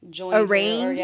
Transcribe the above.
arrange